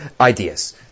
ideas